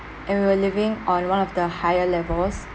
and we were living on one of the higher levels